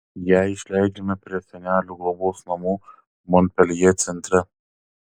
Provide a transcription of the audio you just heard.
ją išleidžiame prie senelių globos namų monpeljė centre